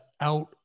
out